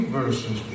verses